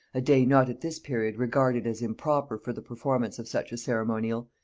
a day not at this period regarded as improper for the performance of such a ceremonial,